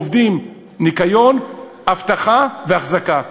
עובדים בניקיון, באבטחה ובאחזקה.